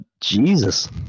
Jesus